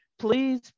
Please